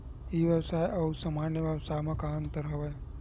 ई व्यवसाय आऊ सामान्य व्यवसाय म का का अंतर हवय?